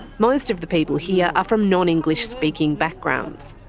most of the people here are from non-english speaking backgrounds.